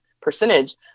percentage